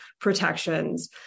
protections